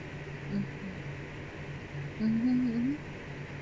mm mmhmm mmhmm